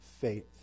faith